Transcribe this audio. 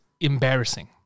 embarrassing